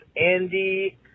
Andy